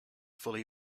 fully